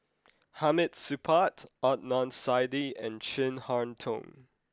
Hamid Supaat Adnan Saidi and Chin Harn Tong